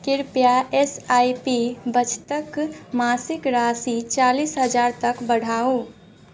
कृपया S I P बचतके मासिक राशि चालिस हजार तक बढ़ाउ